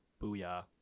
Booyah